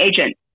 agent